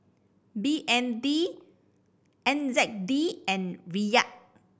B N D N Z D and Riyal